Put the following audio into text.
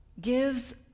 gives